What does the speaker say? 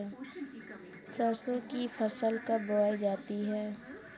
सरसों की फसल कब बोई जाती है?